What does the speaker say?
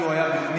כי הוא היה בפנים,